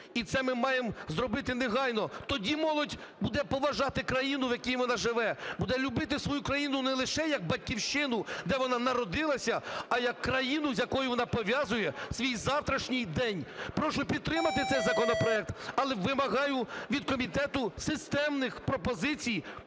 і це ми маємо зробити негайно. Тоді молодь буде поважати країну, в якій вона живе, буде любити свою країну не лише як Батьківщину, де вона народилася, а як країну, з якою вона пов'язує свій завтрашній день. Прошу підтримати цей законопроекту, але вимагаю від комітету системних пропозицій